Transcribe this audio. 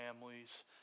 families